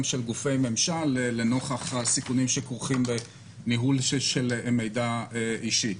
של גופי ממשל לנוכח הסיכונים שכרוכים בניהול של מידע אישי.